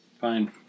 Fine